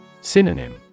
Synonym